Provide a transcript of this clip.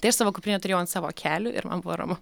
tai aš savo kuprinę turėjau ant savo kelių ir man buvo ramu